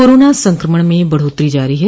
corona संक्रमण में बढोतरी जारी है